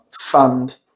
fund